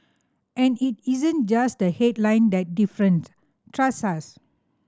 and it isn't just the headline that different trust us